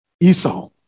Esau